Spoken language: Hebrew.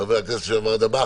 חבר הכנסת לשעבר דבאח,